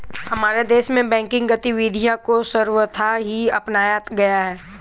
हमारे देश में बैंकिंग गतिविधियां को सर्वथा ही अपनाया गया है